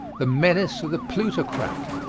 the menace of the plutocrat.